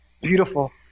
beautiful